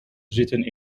zitten